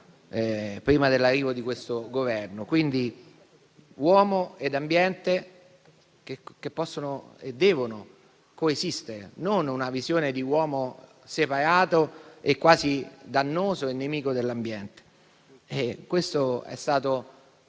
prima dell'arrivo di questo Governo. Uomo e ambiente possono e devono coesistere, non secondo una visione di uomo separato, quasi dannoso e nemico dell'ambiente. Questo è stato